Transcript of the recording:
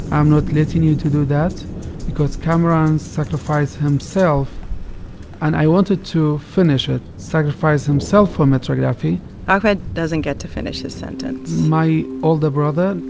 i'm not letting you do that because kamaran sacrificed himself and i wanted to finish it sacrificed himself for metrography ahmed doesn't get to finish his sentence my older brother,